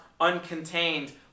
uncontained